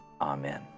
amen